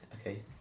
okay